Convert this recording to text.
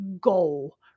goal